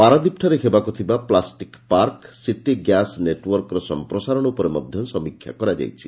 ପାରାଦୀପଠାରେ ହେବାକୁ ଥିବା plastic park city gas ନେଟଓ୍ୱାର୍କର ସମ୍ପ୍ରସାରଣ ଉପରେ ମଧ୍ଧ ସମୀକ୍ଷା କରାଯାଇଛି